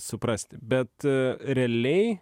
suprasti bet realiai